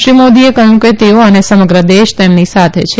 શ્રી મોદીએ કહયું કે તેઓ અને સમગ્ર દેશ તેમની સાથે છે